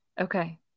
Okay